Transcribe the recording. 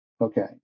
Okay